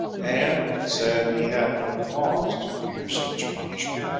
and said he had no cause to fear such punishment,